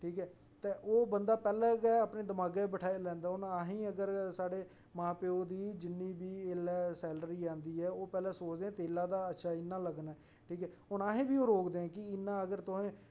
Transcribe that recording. ठीक ऐ ओह् बंदा पैहलें गै अपने दिमाक च बठाई लैंदा अगर मां प्यो दी जिन्नी बी एह् इसलै सैलरी आंदी ऐ ओह् पैहलें तेलै दा अच्छा इन्ना लग्गना ऐ ठीक ऐ हून असें गी बी ओह् रोकदे कि इन्ना अगर असें